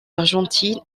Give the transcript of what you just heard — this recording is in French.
argentine